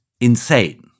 insane